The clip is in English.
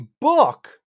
book